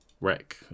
wreck